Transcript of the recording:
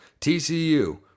TCU